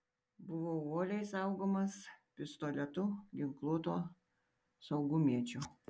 buvau uoliai saugomas pistoletu ginkluoto saugumiečio